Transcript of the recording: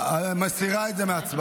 אז את מסירה את זה מהצבעה.